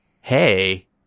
hey